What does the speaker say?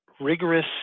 rigorous